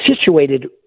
situated